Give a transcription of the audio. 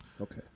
Okay